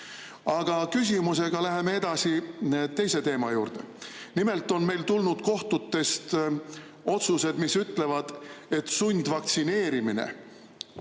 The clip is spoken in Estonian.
tea. Aga küsimusega läheme edasi teise teema juurde. Nimelt on meil tulnud kohtutest otsused, mis ütlevad, et sundvaktsineerimine,